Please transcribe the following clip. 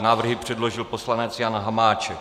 Návrhy předložil poslanec Jan Hamáček.